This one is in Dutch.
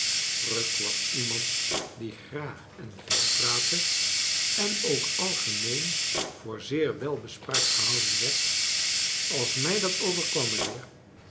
pugg was ieniand die graag en veel praatte en ook algemeen voor zeer welbespraakt gehouden werd als mij dat overkwam mijnheei